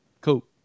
Cool